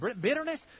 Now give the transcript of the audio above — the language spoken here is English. bitterness